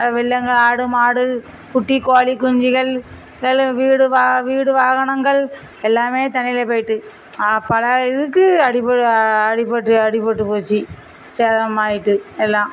பிள்ளைங்க ஆடு மாடு குட்டி கோழி குஞ்சிகள் எல்லாம் வீடு வா வீடு வாகனங்கள் எல்லாம் தண்ணியில் போயிட்டு பல இதுக்கு அடிப்பை அடிப்பட்டு அடிப்பட்டு போய்ச்சி சேதமாயிட்டு எல்லாம்